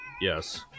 yes